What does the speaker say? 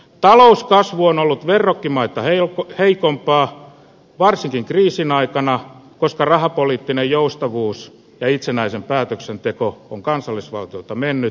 talouskasvu on ollut verrokkimaita heikompaa varsinkin kriisin aikana koska rahapoliittinen joustavuus ja itsenäinen päätöksenteko on kansallisvaltioilta mennyt